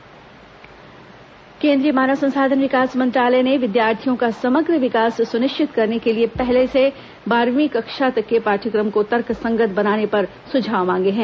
पाठ्यक्रम सुझाव केन्द्रीय मानव संसाधन विकास मंत्रालय ने विद्यार्थियों का समग्र विकास सुनिश्चित करने के लिए पहली से बारहवीं कक्षा तक के पाठ्यक्रम को तर्कसंगत बनाने पर सुझाव मांगे हैं